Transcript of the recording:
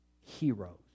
heroes